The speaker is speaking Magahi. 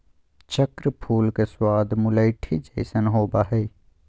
चक्र फूल के स्वाद मुलैठी जइसन होबा हइ